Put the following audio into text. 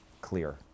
clear